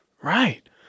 Right